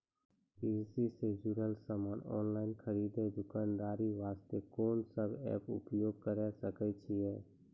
कृषि से जुड़ल समान ऑनलाइन खरीद दुकानदारी वास्ते कोंन सब एप्प उपयोग करें सकय छियै?